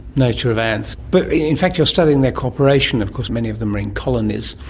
nature of ants. but in fact you're studying their cooperation. of course many of them are in colonies,